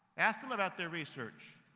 ask them about their research,